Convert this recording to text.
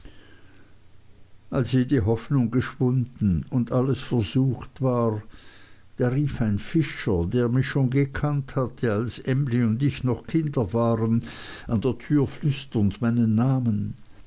als jede hoffnung geschwunden und alles versucht war da rief ein fischer der mich schon gekannt hatte als emly und ich noch kinder waren an der türe flüsternd meinen namen